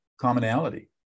commonality